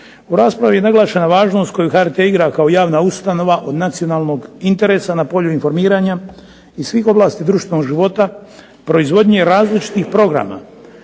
U raspravi je naglašena važnost koju HRT igra kao javna ustanova od nacionalnog interesa na polju informiranja i svih ovlasti društvenog života proizvodnje različitih programa,